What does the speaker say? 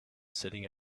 sitting